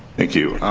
thank you.